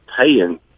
paying